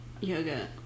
Yoga